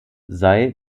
sei